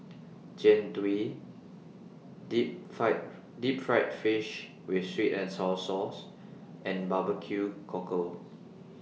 Jian Dui Deep Fried Deep Fried Fish with Sweet and Sour Sauce and Barbecue Cockle